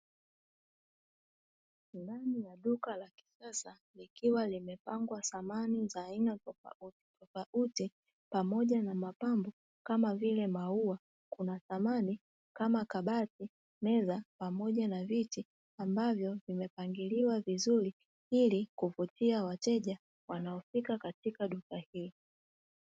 Ndani ya duka la kisasa likiwa limepangwa samani za aina tofauti tofauti pamoja na mapambo kama vile maua, kuna samani kama kabati, meza pamoja na viti, ambavyo vimepangiliiwa vizuri ili kuvutia wateja wanaofika katika duka hili.